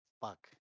fuck